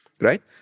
right